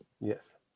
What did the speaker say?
Yes